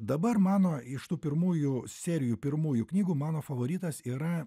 dabar mano iš tų pirmųjų serijų pirmųjų knygų mano favoritas yra